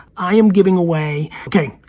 i am giving away okay,